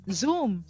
zoom